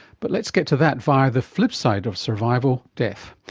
but let's get to that via the flipside of survival death.